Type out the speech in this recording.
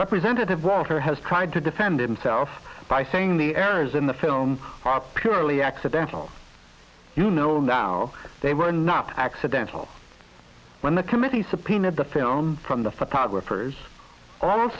representative walker has tried to defend himself by saying the errors in the film are purely accidental you know now they were not accidental when the committee subpoenaed the film from the photographers all